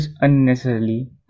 unnecessarily